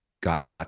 got